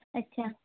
ᱟᱪᱪᱷᱟ